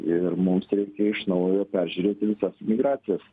ir mums reikia iš naujo peržiūrėti visas migracijas